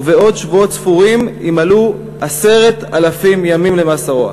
ובעוד שבועות ספורים ימלאו 10,000 ימים למאסרו.